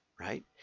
right